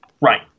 Right